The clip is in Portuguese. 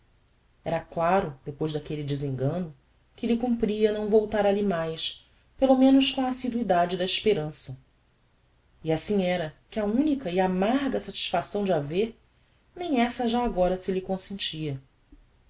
era claro depois daquelle desengano que lhe cumpria não voltar alli mais pelo menos com a assiduidade da esperança e assim era que a unica e amarga satisfação de a ver nem essa já agora se lhe consentia